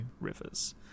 rivers